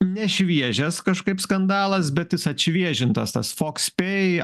ne šviežias kažkaip skandalas bet jis atšviežintas tas foxpay